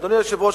אדוני היושב-ראש,